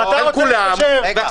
על כולם,